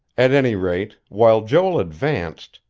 at any rate, while joel advanced,